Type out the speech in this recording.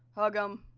hug em,